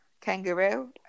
Kangaroo